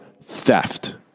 theft